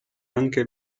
anche